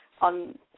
on